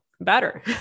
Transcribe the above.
better